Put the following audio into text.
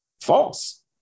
false